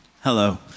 Hello